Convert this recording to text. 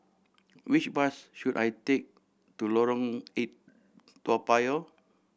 which bus should I take to Lorong Eight Toa Payoh